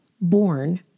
born